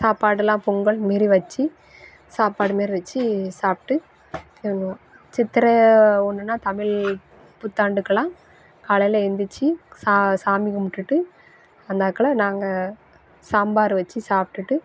சாப்பாடுலாம் பொங்கல் மாரி வச்சு சாப்பாடு மாரி வச்சு சாப்பிட்டு கிளம்புவோம் சித்திரை ஒன்றுன்னா தமிழ் புத்தாண்டுக்கெல்லாம் காலையில் எழுந்திருச்சு சா சாமி கும்பிட்டுட்டு அந்தாக்கில் நாங்கள் சாம்பார் வச்சி சாப்பிட்டுட்டு